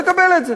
לא תקבל את זה.